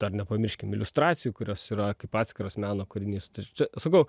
dar nepamirškim iliustracijų kurios yra kaip atskiras meno kūrinys tai čia sakau